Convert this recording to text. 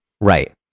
right